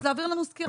אז להעביר לנו סקירה.